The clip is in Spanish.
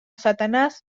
satanás